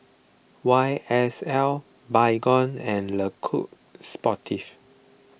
Y S L Baygon and Le Coq Sportif